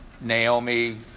Naomi